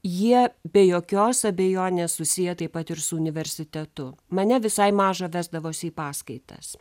jie be jokios abejonės susiję taip pat ir su universitetu mane visai mažą vesdavosi į paskaitas